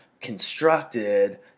constructed